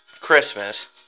Christmas